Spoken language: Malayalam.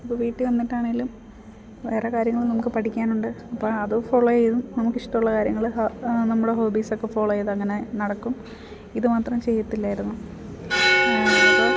ഇപ്പം വീട്ടി വന്നിട്ടാണെങ്കിലും വേറെ കാര്യങ്ങളും നമുക്ക് പഠിക്കാനുണ്ട് അപ്പം അത് ഫോളോ ചെയ്യും നമുക്ക് ഇഷ്ടം ഉള്ള കാര്യങ്ങൾ നമ്മുടെ ഹോബീസൊക്കെ ഫോളോ ചെയ്തങ്ങനെ നടക്കും ഇത് മാത്രം ചെയ്യത്തില്ലായിരുന്നു അപ്പം